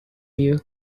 you